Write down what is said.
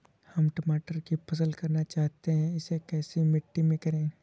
हम टमाटर की फसल करना चाहते हैं इसे कैसी मिट्टी में करें?